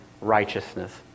righteousness